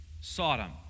Sodom